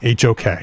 HOK